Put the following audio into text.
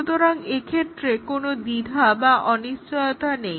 সুতরাং এক্ষেত্রে কোনো দ্বিধা বা অনিশ্চয়তা নেই